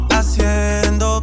Haciendo